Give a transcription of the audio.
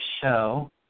show